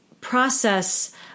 process